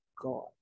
God